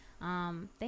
Thank